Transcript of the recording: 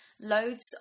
loads